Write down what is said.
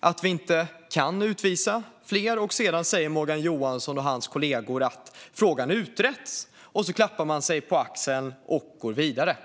att vi inte kan utvisa fler. Sedan säger Morgan Johansson och hans kollegor att frågan har utretts, och så klappar man sig på axeln och går vidare.